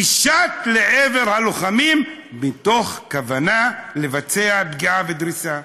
ושט לעבר הלוחמים מתוך כוונה לבצע פגיעה ודריסה.